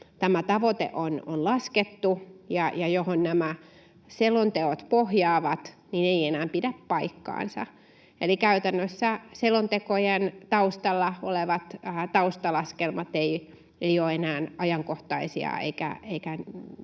tämä tavoite on laskettu ja johon nämä selonteot pohjaavat, eivät enää pidä paikkaansa. Eli käytännössä selontekojen taustalla olevat taustalaskelmat eivät ole enää ajankohtaisia eivätkä vastaa